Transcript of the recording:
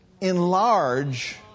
Enlarge